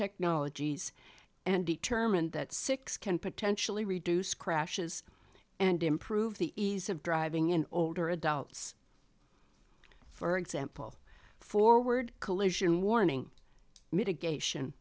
technologies and determined that six can potentially reduce crashes and improve the ease of driving in older adults for example forward collision warning mitigation